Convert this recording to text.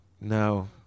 No